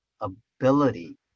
ability